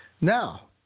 Now